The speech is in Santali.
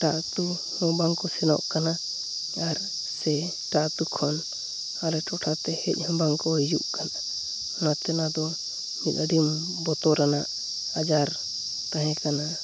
ᱮᱴᱟᱜ ᱟᱛᱳᱦᱚᱸ ᱵᱟᱝᱠᱚ ᱥᱮᱱᱚᱜ ᱠᱟᱱᱟ ᱟᱨ ᱥᱮ ᱮᱴᱟᱜ ᱟᱛᱳ ᱠᱷᱚᱱ ᱟᱞᱮ ᱴᱚᱴᱷᱟᱛᱮ ᱦᱮᱡᱦᱚᱸ ᱵᱟᱝᱠᱚ ᱦᱤᱡᱩᱜ ᱠᱟᱱᱟ ᱚᱱᱟᱛᱮ ᱚᱱᱟᱫᱚ ᱢᱤᱫ ᱟᱹᱰᱤ ᱵᱚᱛᱚᱨᱟᱱᱟᱜ ᱟᱡᱟᱨ ᱛᱟᱦᱮᱸ ᱠᱟᱱᱟ